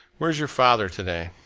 where's your father to-day?